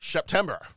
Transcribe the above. September